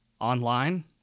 online